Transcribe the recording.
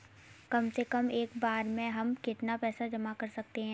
कम से कम एक बार में हम कितना पैसा जमा कर सकते हैं?